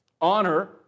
Honor